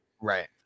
Right